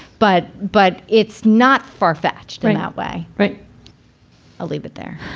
but but it's not far fetched and that way. right i'll leave it there.